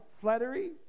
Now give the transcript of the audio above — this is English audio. flattery